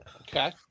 Okay